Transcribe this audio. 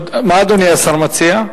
מה אדוני השר מציע?